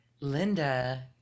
Linda